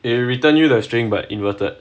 it'll return you the string but inverted